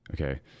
Okay